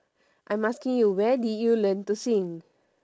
I'm asking you where did you learn to sing